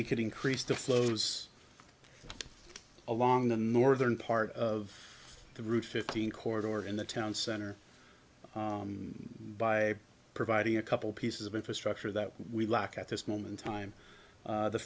we could increase the flows along the northern part of the route fifteen court or in the town center by providing a couple pieces of infrastructure that we lack at this moment time